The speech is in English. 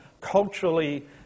culturally